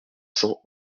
cents